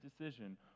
decision